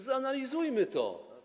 Zanalizujmy to.